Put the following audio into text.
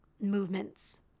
movements